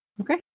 Okay